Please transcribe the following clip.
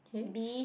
cage